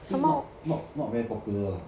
I think not not not very popular lah